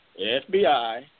FBI